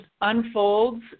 unfolds